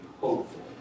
hopeful